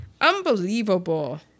Unbelievable